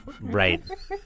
right